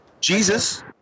Jesus